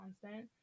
constant